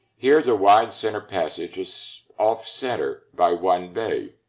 here, the wide center passage is off-center by one bay.